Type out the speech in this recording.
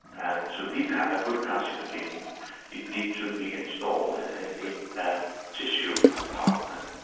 and to be a good carcinogen it needs to be installed in a tissue compartment.